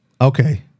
Okay